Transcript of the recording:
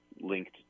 linked